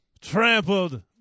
trampled